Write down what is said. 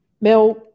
Mel